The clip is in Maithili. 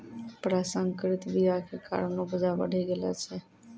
प्रसंकरित बीया के कारण उपजा बढ़ि गेलो छै